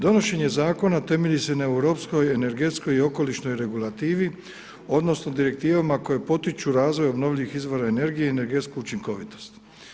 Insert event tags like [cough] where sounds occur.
Donošenje zakona temelji se na europskoj ... [unintelligible] energetskoj i okolišnoj regulativi odnosno direktivama koje potiču razvoj obnovljivih izvora energije i energetsku učinkovitost.